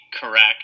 correct